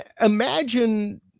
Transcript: imagine